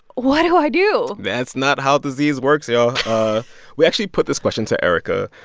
what do i do? that's not how disease works, y'all we actually put this question to erika.